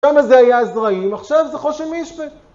שם זה היה זרעים, עכשיו זה חושן משנה